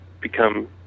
become